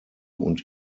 und